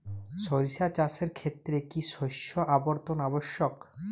সরিষা চাষের ক্ষেত্রে কি শস্য আবর্তন আবশ্যক?